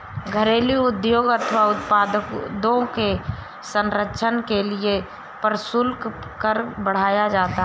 घरेलू उद्योग अथवा उत्पादों के संरक्षण के लिए प्रशुल्क कर बढ़ाया जाता है